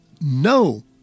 no